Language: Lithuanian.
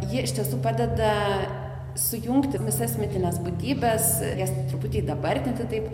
ji iš tiesų padeda sujungti visas mitines būtybes jas truputį įdabartinti taip